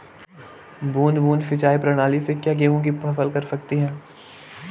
बूंद बूंद सिंचाई प्रणाली से क्या गेहूँ की फसल कर सकते हैं?